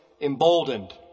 emboldened